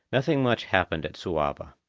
nothing much happened at suava.